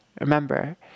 Remember